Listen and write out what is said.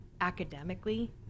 academically